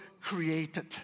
created